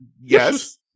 Yes